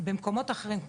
במקומות אחרים,